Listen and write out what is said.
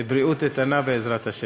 בבריאות איתנה, בעזרת השם.